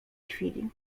chwili